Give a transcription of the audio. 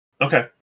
Okay